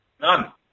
None